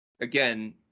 again